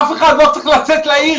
אף אחד לא צריך לצאת לעיר,